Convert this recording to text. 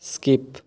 skip